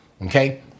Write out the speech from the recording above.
okay